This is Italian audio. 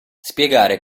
spiegare